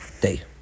day